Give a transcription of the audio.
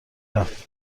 رفت